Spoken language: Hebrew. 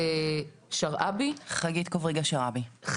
חגית קובריגה שרעבי,